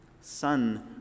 Son